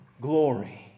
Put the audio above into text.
glory